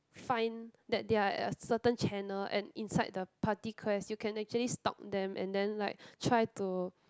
find that they are at a certain channel and inside the party quest you can actually stalk them and then like try to